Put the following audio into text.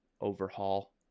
overhaul